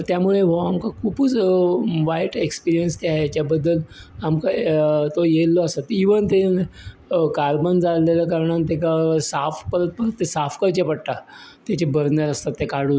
त्या मुळे हो आमकां खुबूच वायट एक्सपिरियन्स ते हेच्या बद्दल आमकां तो येल्लो आसा ती इवन तें कार्बन जाल्लेल्या कारणान तेका साफ परत परत तें साफ करचें पडटा तेचें बरनल आसा तें काडून